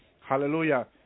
Hallelujah